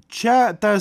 čia tas